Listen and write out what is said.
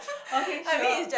okay sure